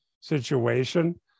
situation